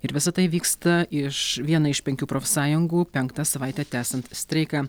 ir visa tai vyksta iš vienai iš penkių profsąjungų penktą savaitę tęsiant streiką